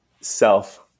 Self